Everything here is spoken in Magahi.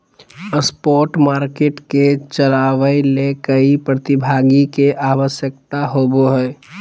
स्पॉट मार्केट के चलावय ले कई प्रतिभागी के आवश्यकता होबो हइ